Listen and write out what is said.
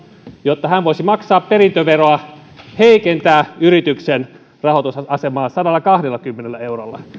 jotta hän voisi maksaa perintöveroa heikentää yrityksen rahoitusasemaa sadallakahdellakymmenellä eurolla